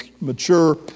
mature